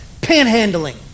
panhandling